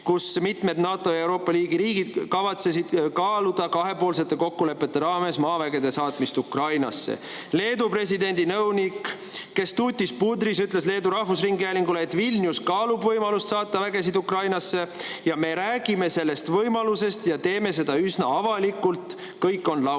mitmed NATO ja Euroopa Liidu riigid kavatsesid kaaluda kahepoolsete kokkulepete raames maavägede saatmist Ukrainasse. Leedu presidendi nõunik Kęstutis Budrys ütles Leedu rahvusringhäälingule, et Vilnius kaalub võimalust saata vägesid Ukrainasse, et nad räägivad sellest võimalusest ja teevad seda üsna avalikult, kõik on laual.